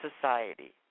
society